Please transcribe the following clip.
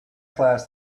class